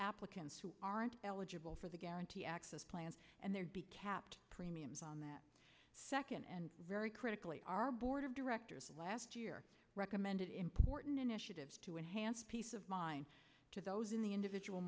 applicants who aren't eligible for the guarantee access plans and there be kept premiums on that second and very critically our board of directors last year recommended important initiatives to enhance peace of mind to those in the individual